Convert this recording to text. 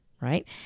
right